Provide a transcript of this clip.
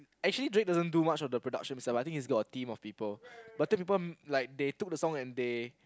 actually Drake doesn't do much of the production himself I think he's got a team of people but take people they took the song and they